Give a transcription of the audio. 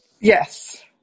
yes